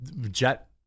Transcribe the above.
jet